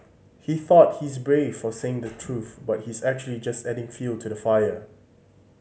he thought he's brave for saying the truth but he's actually just adding fuel to the fire